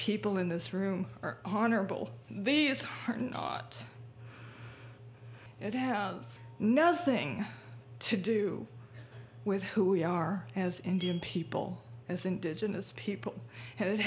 people in this room are honorable these hottentot that have nothing to do with who we are as indian people as indigenous people and it